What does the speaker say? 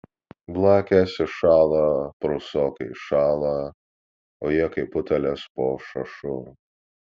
blakės iššąla prūsokai iššąla o jie kaip utėlės po šašu